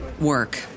work